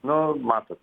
nu matot